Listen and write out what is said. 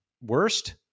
worst